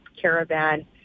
caravan